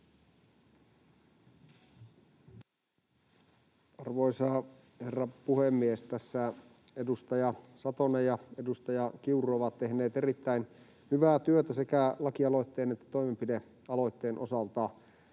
Arvoisa herra puhemies! Tässä edustaja Satonen ja edustaja Kiuru ovat tehneet erittäin hyvää työtä sekä lakialoitteen että toimenpidealoitteen osalta.